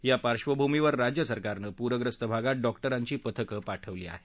यापार्धभूमीवर राज्य सरकारनं पूरग्रस्त भागांत डॉक्टरांची पथकं पाठवली आहेत